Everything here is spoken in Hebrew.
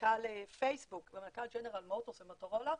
מנכ"ל פייסבוק ומנכ"ל ג'נרל מוטורוס ומוטורולה,